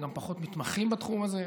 הן גם פחות מתמחות בתחום הזה.